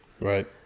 Right